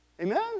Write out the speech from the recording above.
Amen